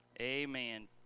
Amen